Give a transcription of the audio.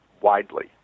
widely